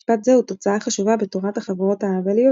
משפט זה הוא תוצאה חשובה בתורת החבורות האבליות,